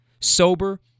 Sober